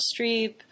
Streep